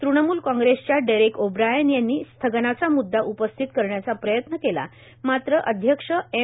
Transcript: तृणमुल कांग्रेसच्या Derek O'Brien यांनी स्थगनाचा मुद्दा उपस्थित करण्याचा प्रयत्न केला मात्र अध्यक्ष एम